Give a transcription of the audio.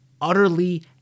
utterly